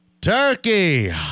Turkey